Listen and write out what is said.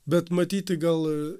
bet matyti gal